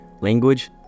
language